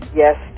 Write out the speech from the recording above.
yes